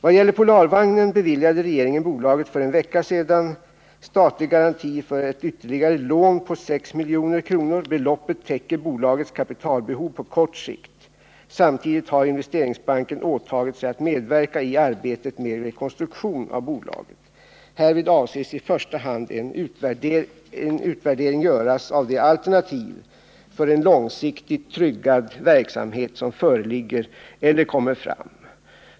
Vad gäller Polarvagnen beviljade regeringen bolaget för en vecka sedan statlig garanti för ett ytterligare lån på 6 milj.kr. Beloppet täcker bolagets kapitalbehov på kort sikt. Samtidigt har Investeringsbanken åtagit sig att medverka i arbetet med rekonstruktionen av bolaget. Härvid avses i första hand en utvärdering göras av de alternativ för en långsiktigt tryggad verksamhet som föreligger eller kommer fram.